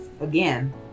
again